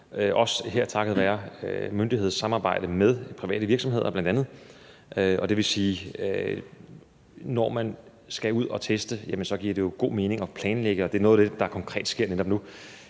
også her takket være myndighedssamarbejde med bl.a. private virksomheder. Det vil sige: Når man skal ud at teste, giver det jo god mening at planlægge det, og det er noget af det, der konkret sker netop nu